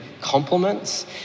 compliments